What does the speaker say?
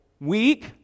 weak